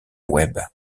web